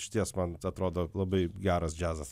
išties man atrodo labai geras džiazas